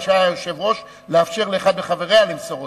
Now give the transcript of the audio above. רשאי היושב-ראש לאפשר לאחד מחבריה למסור הודעה.